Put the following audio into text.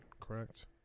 correct